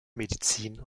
medizin